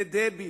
לדבי,